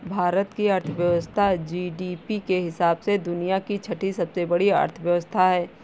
भारत की अर्थव्यवस्था जी.डी.पी के हिसाब से दुनिया की छठी सबसे बड़ी अर्थव्यवस्था है